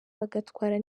bagatwara